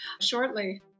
shortly